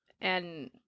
and-